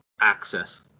access